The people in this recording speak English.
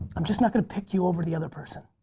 i'm just not gonna pick you over the other person.